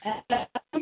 hello